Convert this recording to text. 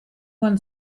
one